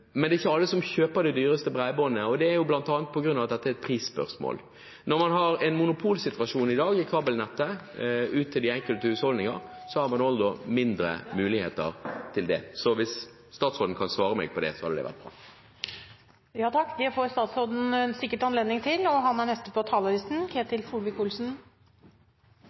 men det er ikke alle som kjøper det dyreste bredbåndet. Det er bl.a. på grunn av at dette er et prisspørsmål. Når man har en monopolsituasjon i dag for kabelnettet ut til de enkelte husholdninger, har man også mindre muligheter til det. Hvis statsråden kan svare meg på det, hadde det vært bra. Takk for gode innlegg fra saksordfører og fra alle andre. Det framstår som at det er stor enighet om hva en ønsker, og som at det er